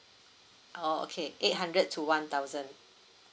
oh okay eight hundred to one thousand